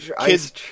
kids